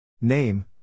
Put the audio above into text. Name